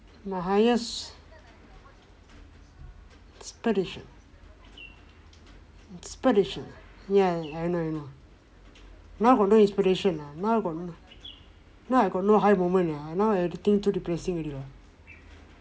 my highest inspiration inspiration ya I know I know now I got no inspiration now I got no inspiration now I got no high moment lah now I everything too depressing already lah